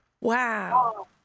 Wow